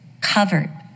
covered